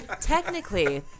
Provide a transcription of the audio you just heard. Technically